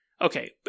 Okay